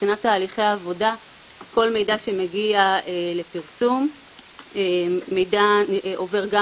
מבחינת תהליכי עבודה כל מידע שמגיע לפרסום עובר גם